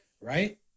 Right